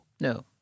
No